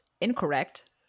incorrect